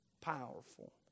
powerful